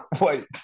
Wait